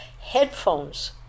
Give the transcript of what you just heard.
Headphones